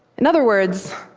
in other words,